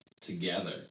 together